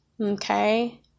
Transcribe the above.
okay